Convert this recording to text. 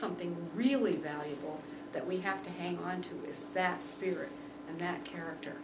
something really valuable that we have to hang on to that spirit and that character